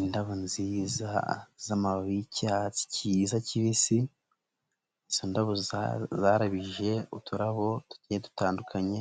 Indabo nziza z'amababi y'cyatsi kiza kibisi, izo ndabo zarabije uturabo tugiye dutandukanye,